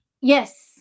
Yes